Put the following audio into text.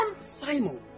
Simon